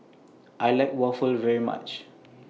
I like Waffle very much